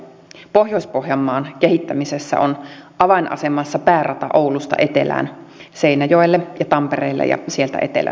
pohjois pohjanmaan kehittämisessä on avainasemassa päärata oulusta etelään seinäjoelle ja tampereelle ja sieltä etelän kasvukäytävään